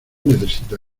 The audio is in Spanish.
necesita